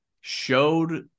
showed